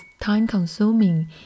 time-consuming